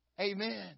Amen